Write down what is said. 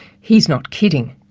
he's not kidding.